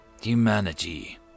humanity